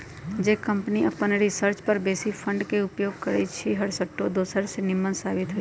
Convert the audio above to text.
जे कंपनी अप्पन रिसर्च पर बेशी फंड के उपयोग करइ छइ उ हरसठ्ठो दोसर से निम्मन साबित होइ छइ